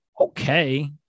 Okay